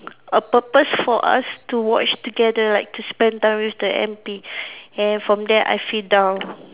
a purpose for us to watch together like to spend time with the M_P and from there I feel down